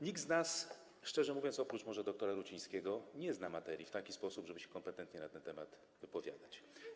Nikt z nas, szczerze mówiąc, oprócz może doktora Rucińskiego, nie zna materii w taki sposób, żeby się kompetentnie na ten temat wypowiadać.